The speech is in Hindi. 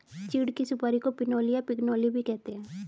चीड़ की सुपारी को पिनोली या पिगनोली भी कहते हैं